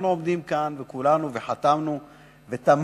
אנחנו עומדים כאן, וחתמנו ותמכנו,